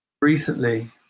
recently